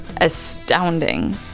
astounding